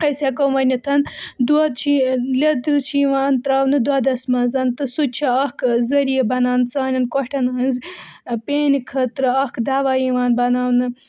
أسۍ ہیٚکو ؤنِتھ دۄد چھِ لیٚدٕر چھِ یِوان تراونہٕ دۄدَس مَنٛز تہٕ سُہ چھُ اَکھ ذٔریعہ بَنان سانٮ۪ن کۄٹھٮ۪ن ہٕنٛز پینہِ خٲطرٕ اکھ دَوا یِوان بَناونہٕ